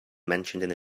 mentioned